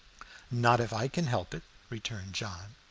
not if i can help it, returned john.